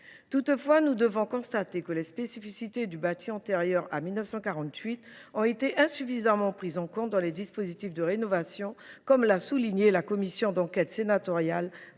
Toutefois, force est de constater que les spécificités du bâti antérieur à 1948 ont été insuffisamment prises en compte dans les dispositifs de rénovation, comme l’a souligné la commission d’enquête sénatoriale